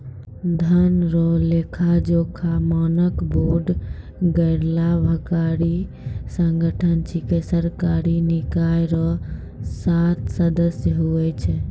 धन रो लेखाजोखा मानक बोर्ड गैरलाभकारी संगठन छिकै सरकारी निकाय रो सात सदस्य हुवै छै